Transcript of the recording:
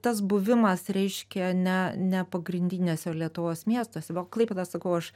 tas buvimas reiškia ne ne pagrindiniuose lietuvos miestuose o klaipėda sakau aš